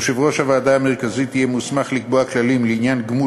יושב-ראש הוועדה המרכזית יהיה מוסמך לקבוע כללים לעניין גמול